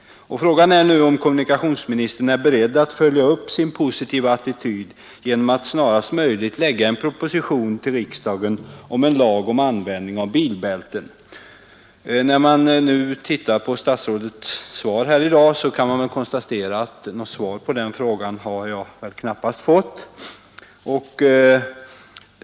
Frågan är nu om kommunikationsministern är beredd att följa upp sin positiva attityd genom att snarast möjligt lägga fram en proposition för riksdagen om en lag om användning av bilbälten. Jag kan konstatera att jag i statsrådets svar i dag knappast fått något besked på denna punkt.